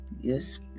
Yes